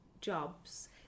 jobs